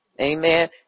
Amen